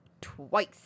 twice